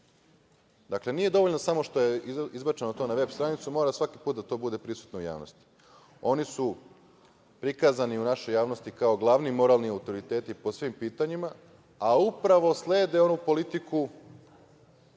Dakle, nije dovoljno samo što je izbačeno to na veb stranicu, mora svaki put da to bude prisutno u javnosti. Oni su prikazani u našoj javnosti kao glavni moralni autoriteti po svim pitanjima, a upravo slede onu politiku